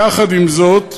יחד עם זאת,